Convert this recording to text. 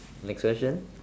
next question